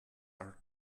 are